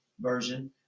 version